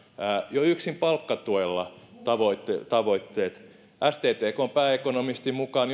jo yksin palkkatuella saavutetaan tavoitteet sttkn pääekonomistin mukaan